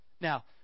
Now